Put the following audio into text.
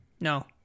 No